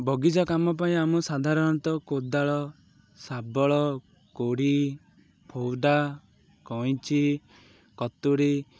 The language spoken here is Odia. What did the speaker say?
ବଗିଚା କାମ ପାଇଁ ଆମ ସାଧାରଣତଃ କୋଦାଳ ଶାବଳ କୋଡ଼ି ଫୋୖଦା କଇଁଚି କତୁଡ଼ି